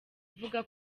uvuga